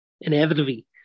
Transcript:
inevitably